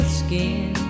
skin